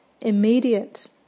immediate